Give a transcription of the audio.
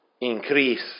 increase